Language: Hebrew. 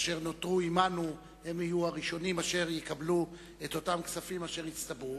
אשר נותרו עמנו יהיו הראשונים אשר יקבלו את אותם כספים אשר הצטברו,